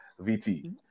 VT